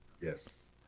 Yes